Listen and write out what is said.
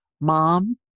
mom